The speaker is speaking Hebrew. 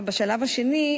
בשלב השני,